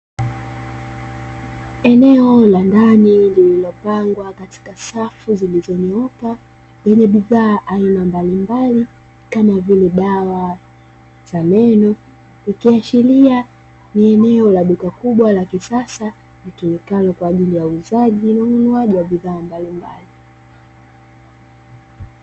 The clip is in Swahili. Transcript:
Eneo la ndani lililopangwa katika safu, zilizonyooka yenye bidhaa aina mbalimbali kama vile dawa za meno, ikiashiria ni eneo la duka kubwa la kisasa litumikalo kwa ajili ya uuzaji na ununuaji wa bidhaa mbalimbali.